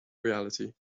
reality